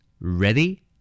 Ready